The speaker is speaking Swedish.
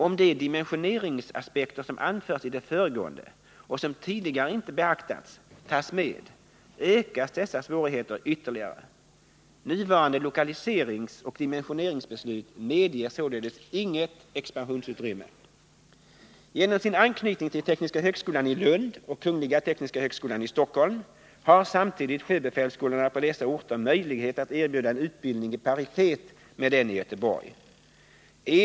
Om de dimensioneringsaspekter som anförts i det föregående och som tidigare inte beaktats tas med ökas dessa svårigheter ytterligare. Nuvarande lokaliseringsoch dimensioneringsbeslut medger således inget expansionsutrymme. Genom sin anknytning till tekniska högskolan i Lund och tekniska högskolan i Stockholm har samtidigt sjöbefälsskolorna på dessa orter möjlighet att erbjuda en utbildning i paritet med den i Göteborg.